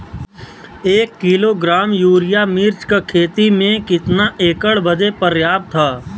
एक kilogram urea मिर्च क खेती में कितना एकड़ बदे पर्याप्त ह?